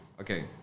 okay